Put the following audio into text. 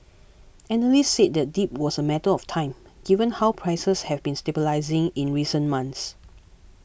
analysts said the dip was a matter of time given how prices have been stabilising in recent months